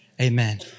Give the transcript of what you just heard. Amen